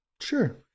Sure